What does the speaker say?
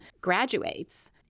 graduates